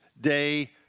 day